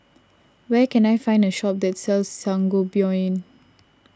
where can I find a shop that sells Sangobion